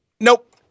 Nope